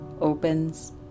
opens